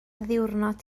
ddiwrnod